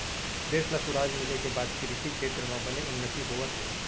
देस ल सुराज मिले के बाद कृसि छेत्र म बने उन्नति होवत हे